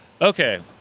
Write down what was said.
okay